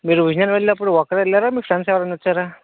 మీరు ఉదయం వెళ్ళినపుడు ఒక్కరే వెళ్ళారా మీ ఫ్రెండ్స్ ఎవరైనా వచ్చారా